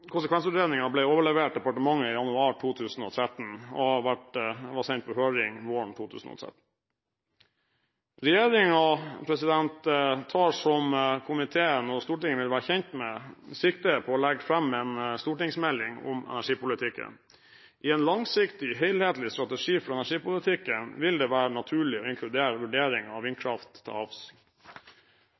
konsekvensutredningen ble overlevert departementet i januar 2013 og ble sendt på høring våren 2013. Regjeringen tar, som komiteen og Stortinget vil være kjent med, sikte på å legge fram en stortingsmelding om energipolitikken. I en langsiktig, helhetlig strategi for energipolitikken vil det være naturlig å inkludere vurderinger av vindkraft til havs.